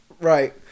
right